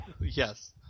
Yes